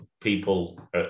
people